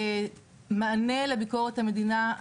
כמענה לביקורת המדינה,